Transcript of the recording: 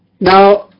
Now